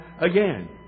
again